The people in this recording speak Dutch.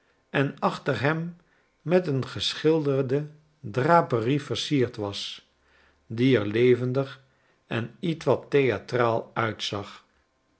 en achter hem met eengeschilderde draperie versierd was die er levendig en ietwat theatraal uitzag